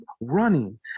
running